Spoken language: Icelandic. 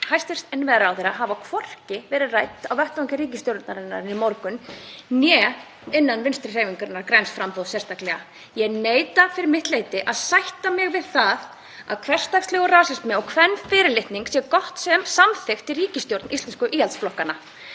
hæstv. innviðaráðherra hafi hvorki verið rædd á vettvangi ríkisstjórnarinnar í morgun né innan Vinstrihreyfingarinnar – græns framboðs sérstaklega. Ég neita fyrir mitt leyti að sætta mig við að hversdagslegur rasismi og kvenfyrirlitning sé gott sem samþykkt í ríkisstjórn íslensku íhaldsflokkanna.